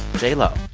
j lo